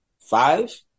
Five